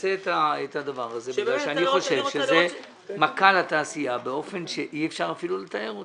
חושב שזו מכה לתעשייה באופן שאי אפשר אפילו לתאר אותה.